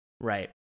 right